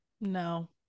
no